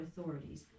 authorities